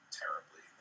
terribly